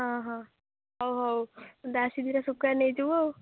ହଁ ହଁ ହଉ ହଉ ତ ଆସି ଶୁଖୁଆ ଦୁଇଟା ନେଇଯିବୁ ଆଉ